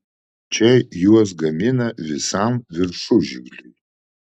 čia juos gamina visam viršužigliui